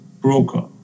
broker